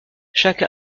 chaque